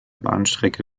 bahnstrecke